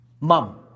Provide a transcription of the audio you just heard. mom